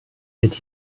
wird